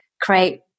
create